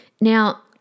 Now